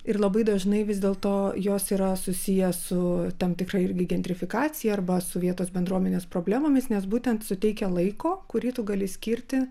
ir labai dažnai vis dėlto jos yra susiję su tam tikra irgi gendrifikacija arba su vietos bendruomenės problemomis nes būtent suteikia laiko kurį tu gali skirti